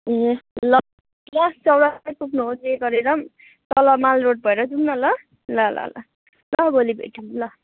ए ल ल चौरास्तै चौरास्तै पुग्नु हो जे गरेर पनि तल माल रोड भएर जाउँ न ल ल ल ल ल भोलि भेटौँ ल